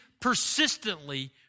persistently